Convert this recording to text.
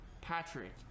patrick